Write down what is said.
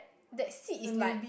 that seat is like